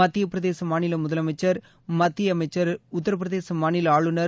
மத்தியப் பிரதேச மாநில முதலமைச்சர் மத்திய அமைச்சர் உத்திரப்பிரதேச மாநில ஆளுநர்